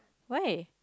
why